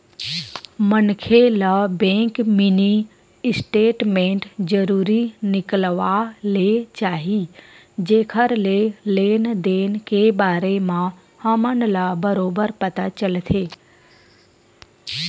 मनखे ल bank mini statement जरूर निकलवा ले चाही जेखर ले लेन देन के बार म हमन ल बरोबर पता चलथे